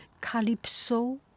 Calypso